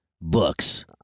books